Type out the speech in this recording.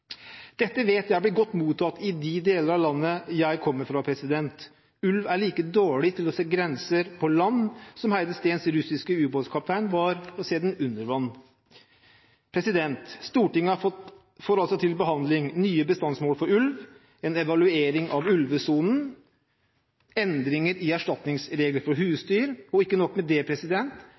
Dette vet jeg blir godt mottatt i de deler av landet jeg kommer fra. Ulv er like dårlig til å se grenser på land som Heide-Steens russiske ubåtkaptein var til å se dem under vann. Stortinget får altså til behandling nye bestandsmål for ulv, en evaluering av ulvesonen og endringer i erstatningsregler for husdyr, og ikke nok med det